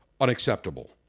unacceptable